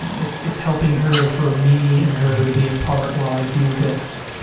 know, it's it's helping her for me and her to be apart while i do this,